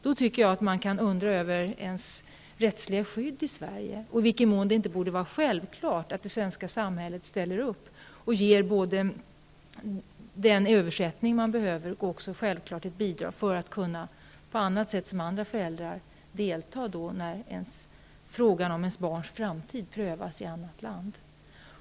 Detta gör att man kan fundera över vilket rättsligt skydd vi har här i Sverige och om det inte borde vara självklart att det svenska samhället ställer upp och ger både den översättning man behöver och ett bidrag för att man, på samma sätt som andra föräldrar, skall kunna delta när frågan om ens barns framtid prövas i annat land.